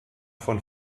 von